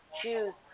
choose